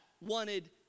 wanted